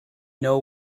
know